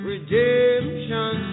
Redemption